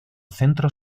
centro